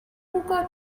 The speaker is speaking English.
will